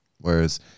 Whereas